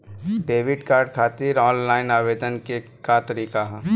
Debit card खातिर online आवेदन के का तरीकि ह?